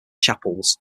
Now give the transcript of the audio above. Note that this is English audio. chapels